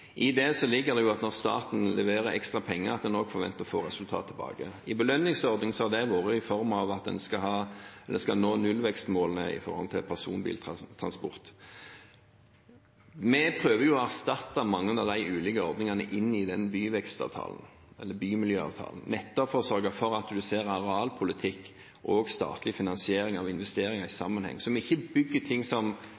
I det ligger det at når staten leverer ekstra penger, forventer en også å få resultater tilbake. I belønningsordningen har det vært i form av at en skal nå nullvekstmålene for personbiltransport. Vi prøver å få mange av de ulike ordningene inn i byvekstavtalen eller bymiljøavtalen, nettopp for å sørge for at en ser arealpolitikk og statlig finansiering av investeringer i